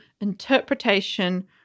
Interpretation